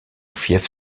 fief